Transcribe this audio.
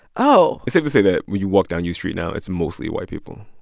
oh it's safe to say that when you walk down u street now, it's mostly white people,